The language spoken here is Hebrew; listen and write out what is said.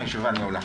הישיבה נעולה.